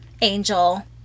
Angel